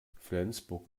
flensburg